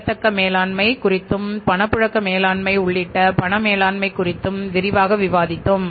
பெறத்தக்க மேலாண்மை குறித்தும் பணப்புழக்க மேலாண்மை உள்ளிட்ட பண மேலாண்மை குறித்தும்விரிவாக விவாதித்தோம்